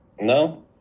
no